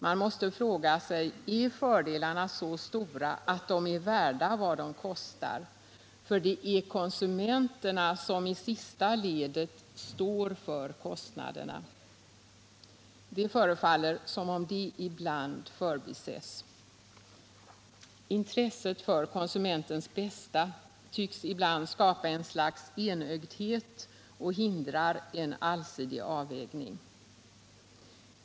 Man måste fråga sig om fördelarna är så stora att de är värda vad de kostar — för det är konsumenterna som i sista ledet står för kostnaderna. Det förefaller som om detta ibland förbises. Intresset för konsumentens bästa tycks ibland skapa ett slags enögdhet och hindra en allsidig avvägning.